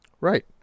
Right